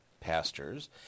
pastors